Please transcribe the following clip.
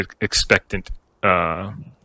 expectant